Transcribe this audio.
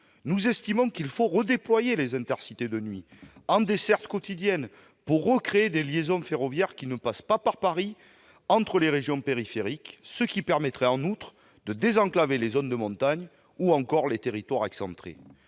Nous estimons qu'il faut redéployer les Intercités de nuit en desserte quotidienne pour recréer des liaisons ferroviaires qui ne passent pas par Paris, entre les régions périphériques. Cela permettrait, en outre, de désenclaver les zones de montagne ou encore les territoires excentrés.